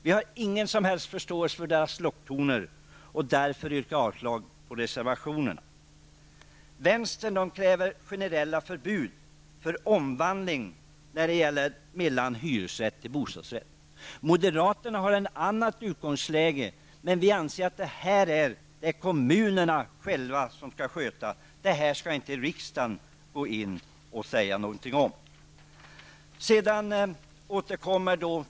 Vi har ingen som helst förståelse för deras locktoner. Vi yrkar därför avslag på reservationerna. Vänstern kräver generella förbud mot omvandling av hyresrätt till bostadsrätt. Moderaterna har ett annat utgångsläge. Vi anser att kommunerna själva skall sköta detta. Det här skall riksdagen inte säga någonting om.